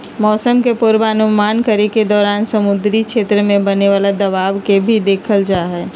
मौसम के पूर्वानुमान करे के दौरान समुद्री क्षेत्र में बने वाला दबाव के भी देखल जाहई